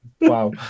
Wow